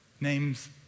Name's